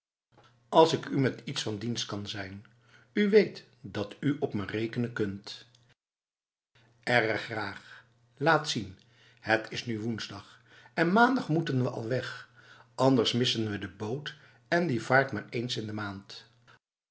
als ik u met iets van dienst kan zijn u weet dat u op me rekenen kunt erg graag laat zien het is nu woensdag en maandag moeten we al weg anders missen we de boot en die vaart maar eens in de maand